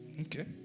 Okay